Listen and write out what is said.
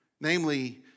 Namely